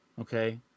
okay